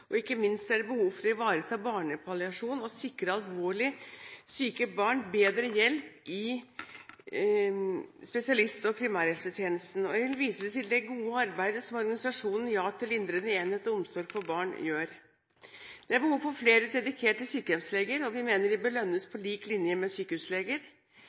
og ikke minst er det behov for å ivareta barnepalliasjon og sikre alvorlig syke barn bedre hjelp i spesialist- og primærhelsetjenesten. Jeg vil vise til det gode arbeidet som organisasjonen JA til lindrende enhet og omsorg for barn gjør. Det er behov for flere dedikerte sykehjemsleger, og vi mener de bør lønnes på lik linje med sykehusleger.